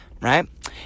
right